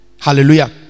Hallelujah